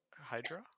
Hydra